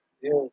Yes